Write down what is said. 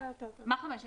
מה חמש שנים?